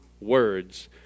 words